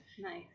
Nice